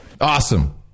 Awesome